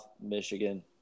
Michigan